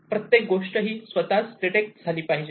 प्रत्येक गोष्ट ही तिची स्वतःच डिटेक्ट झाली पाहिजे